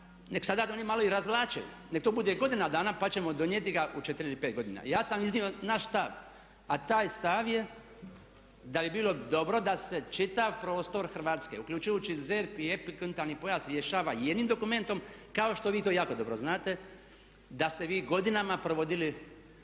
nek' sada oni malo i razvlače, nek' to bude i godina dana pa ćemo donijeti ga u četiri ili pet godina. Ja sam iznio naš stav, a taj stav je da bi bilo dobro da se čitav prostor Hrvatske uključujući ZERP i epikontinentalni pojas rješava jednim dokumentom kao što vi to jako dobro znate da ste vi godinama provodili